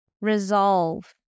resolve